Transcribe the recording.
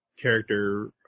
character